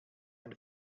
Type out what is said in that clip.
ein